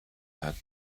had